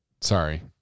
Sorry